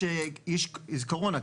יש קורונה,